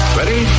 Ready